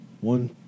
One